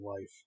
life